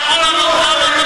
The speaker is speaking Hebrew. למה אתה לא מקיים את מה שהבטחת,